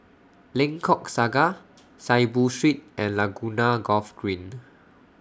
Lengkok Saga Saiboo Street and Laguna Golf Green